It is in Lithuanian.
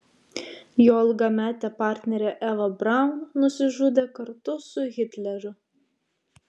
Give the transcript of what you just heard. jo ilgametė partnerė eva braun nusižudė kartu su hitleriu